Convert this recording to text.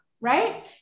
right